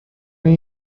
این